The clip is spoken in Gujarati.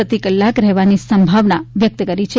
પ્રતિ કલાક રહેવાની સંભવત વ્યસ્ત કરી છે